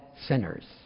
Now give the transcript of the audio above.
sinners